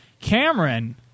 Cameron